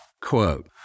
Quote